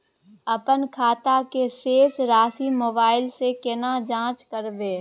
अपन खाता के शेस राशि मोबाइल से केना जाँच करबै?